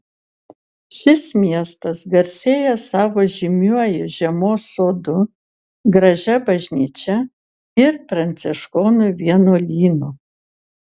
šis miestas garsėja savo žymiuoju žiemos sodu gražia bažnyčia ir pranciškonų vienuolynu